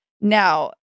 Now